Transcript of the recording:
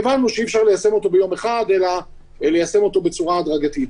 הבנו שאי-אפשר ליישם אותו ביום אחד אלא ליישם אותו בצורה הדרגתית.